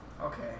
Okay